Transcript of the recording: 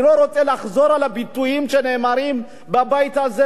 אני לא רוצה לחזור על הביטויים שנאמרים בבית הזה,